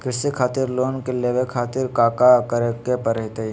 कृषि खातिर लोन लेवे खातिर काका करे की परतई?